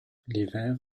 l’hiver